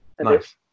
Nice